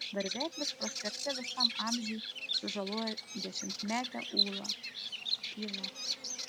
varveklis prospekte visam amžiui sužaloja dešimtmetę ulą tyla